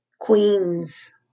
queens